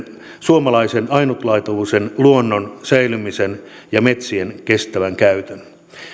suomalaisen ainutlaatuisen luonnon säilymisen ja metsien kestävän käytön